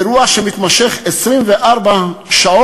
זה אירוע שמתמשך 24 שעות,